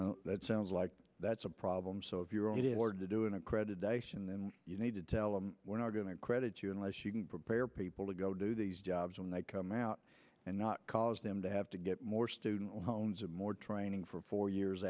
key that sounds like that's a problem so if you're out in order to do in accreditations then you need to tell him we're not going to credit you unless you can prepare people to go do these jobs when they come out and not cause them to have to get more student loans and more training for four years